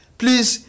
please